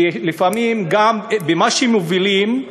כי לפעמים גם במה שמובילים,